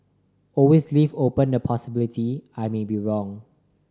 always leave open the possibility I may be wrong